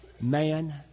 man